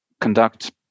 conduct